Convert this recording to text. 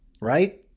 right